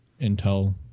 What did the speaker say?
Intel